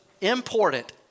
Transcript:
important